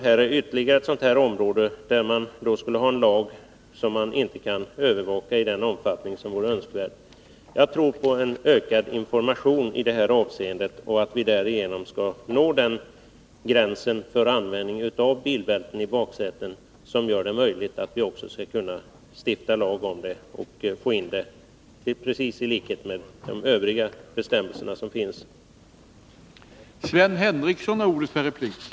Här är ytterligare ett sådant område, där man skulle ha en lag, vars efterlevnad inte kan övervakas i den omfattning som vore önskvärd. Jag tror på ökad information och att vi därigenom skall nå den gräns för användning av bilbälten i baksäten som gör det möjligt att stifta lag också om detta och därmed kunna ta in det på samma sätt som övrig lagstiftning om bilbältesanvändning.